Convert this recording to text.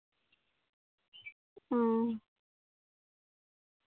ᱦᱩᱸᱻ